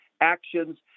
actions